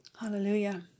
Hallelujah